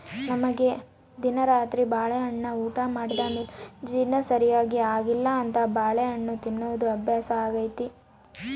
ನಮ್ಮನೆಗ ದಿನಾ ರಾತ್ರಿ ಬಾಳೆಹಣ್ಣನ್ನ ಊಟ ಮಾಡಿದ ಮೇಲೆ ಜೀರ್ಣ ಸರಿಗೆ ಆಗ್ಲೆಂತ ಬಾಳೆಹಣ್ಣು ತಿನ್ನೋದು ಅಭ್ಯಾಸಾಗೆತೆ